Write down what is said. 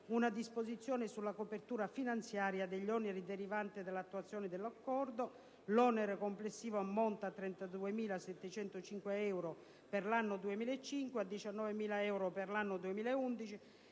una disposizione sulla copertura finanziaria degli oneri derivanti dall'attuazione dell'Accordo. L'onere complessivo ammonta a 32.705 euro per l'anno 2010, a 19.000 euro per l'anno 2011